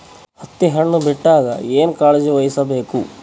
ಹತ್ತಿ ಹಣ್ಣು ಬಿಟ್ಟಾಗ ಏನ ಕಾಳಜಿ ವಹಿಸ ಬೇಕು?